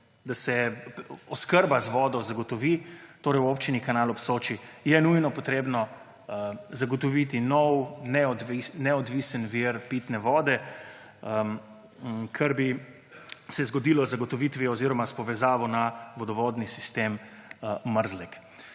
oskrba z vodo v Občini Kanal ob Soči, je nujno potrebno zagotoviti nov, neodvisen vir pitne vode, kar bi se zgodilo z zagotovitvijo oziroma s povezavo na vodovodni sistem Mrzlek.